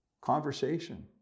Conversation